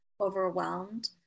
overwhelmed